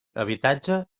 habitatge